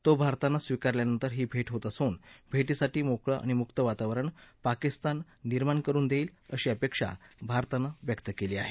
तो भारतानं स्वीकारल्यानंतर ही भेट होत असून भेटीसाठी मोकळं आणि मुक्त वातावरण पाकिस्तान निर्माण करून देईल अशी अपेक्षा भारतानं व्यक्त केली आहे